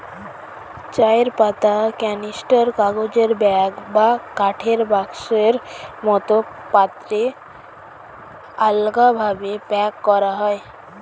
চায়ের পাতা ক্যানিস্টার, কাগজের ব্যাগ বা কাঠের বাক্সের মতো পাত্রে আলগাভাবে প্যাক করা হয়